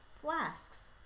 flasks